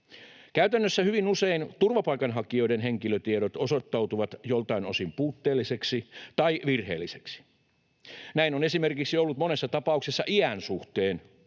Käytännössä hyvin usein turvapaikanhakijoiden henkilötiedot osoittautuvat joiltain osin puutteellisiksi tai virheellisiksi. Näin on esimerkiksi ollut monessa tapauksessa iän suhteen,